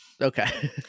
Okay